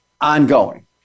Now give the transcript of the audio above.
ongoing